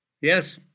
Yes